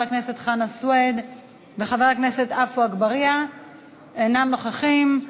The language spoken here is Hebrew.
הכנסת חנא סוייד וחבר הכנסת עפו אגבאריה אינם נוכחים.